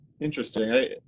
interesting